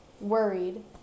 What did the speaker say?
worried